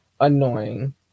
annoying